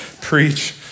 preach